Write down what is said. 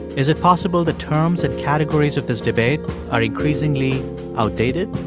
is it possible the terms and categories of this debate are increasingly outdated?